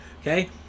okay